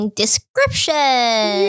description